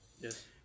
Yes